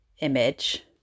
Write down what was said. image